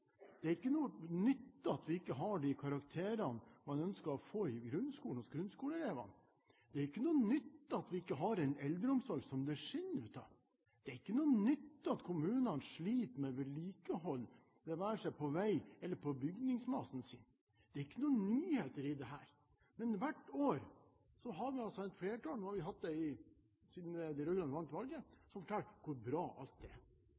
Det er ikke noe nytt at vi ikke får de karakterene vi ønsker å få i grunnskolen, hos grunnskoleelevene. Det er ikke noe nytt at vi ikke har en eldreomsorg som det skinner av. Det er ikke noe nytt at kommunene sliter med vedlikehold det være seg på vei eller på bygningsmassen sin. Det er ikke noen nyheter i dette. Men hvert år har vi altså et flertall – nå har vi hatt det siden de rød-grønne vant valget – som forteller hvor bra alt er. Hvorfor har ikke problemene blitt mindre? Det